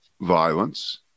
violence